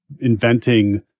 inventing